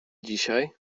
dzisiaj